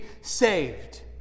saved